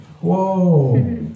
Whoa